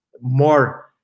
more